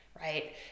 Right